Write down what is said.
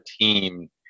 team